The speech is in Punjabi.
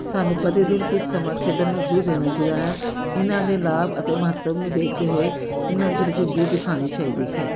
ਸਾਨੂੰ ਪ੍ਰਤੀ ਦਿਨ ਕੁਛ ਸਮਾਂ ਖੇਡਣ ਨੂੰ ਜ਼ਰੂਰ ਦੇਣਾ ਚਾਹੀਦਾ ਹੈ ਇਹਨਾਂ ਦੇ ਲਾਭ ਅਤੇ ਮਹੱਤਵ ਨੂੰ ਦੇਖਦੇ ਹੋਏ ਇਹਨਾਂ ਵਿੱਚ ਰੁਚੀ ਜ਼ਰੂਰ ਦਿਖਾਉਣੀ ਚਾਹੀਦੀ ਹੈ